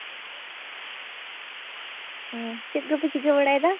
ᱦᱩᱸ ᱪᱮᱫ ᱠᱚᱯᱮ ᱪᱤᱠᱟᱹ ᱵᱟᱲᱟᱭᱫᱟ